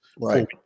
Right